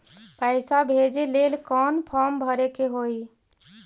पैसा भेजे लेल कौन फार्म भरे के होई?